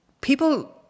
people